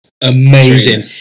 amazing